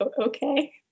okay